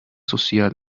social